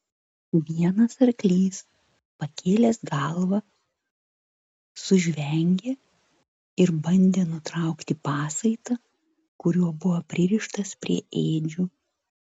vienas arklys pakėlęs galvą sužvengė ir bandė nutraukti pasaitą kuriuo buvo pririštas prie ėdžių